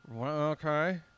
Okay